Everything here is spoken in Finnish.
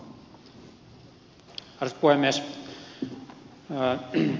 arvoisa puhemies